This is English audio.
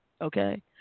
Okay